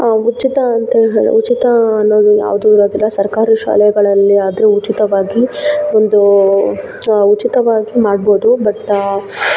ಉಚಿತ ಅಂತ ಹೇಳಿ ಉಚಿತ ಅನ್ನೋದು ಯಾವುದು ಇರೋದಿಲ್ಲ ಸರ್ಕಾರಿ ಶಾಲೆಗಳಲ್ಲಿ ಆದರೆ ಉಚಿತವಾಗಿ ಒಂದು ಉಚಿತವಾಗಿ ಮಾಡ್ಬೋದು ಬಟ್